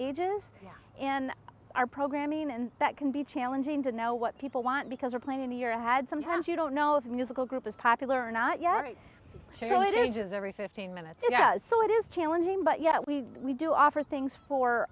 ages in our programming and that can be challenging to know what people want because we're playing into your head sometimes you don't know if a musical group is popular or not yet surely it ages every fifteen minutes ago so it is challenging but yet we we do offer things for